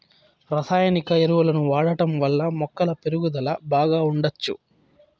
రసాయనిక ఎరువులను వాడటం వల్ల మొక్కల పెరుగుదల బాగా ఉండచ్చు